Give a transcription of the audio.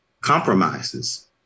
compromises